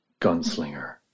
Gunslinger